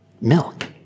Milk